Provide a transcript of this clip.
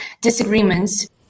disagreements